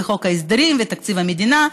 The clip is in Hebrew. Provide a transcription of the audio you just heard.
וחוק ההסדרים ותקציב המדינה,